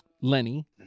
Lenny